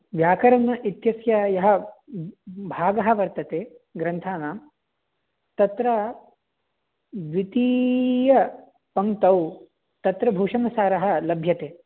व्याकरण इत्यस्य यः भागः वर्तते ग्रन्थानां तत्र द्वितीयपङ्क्तौ तत्र भूषणसारः लभ्यते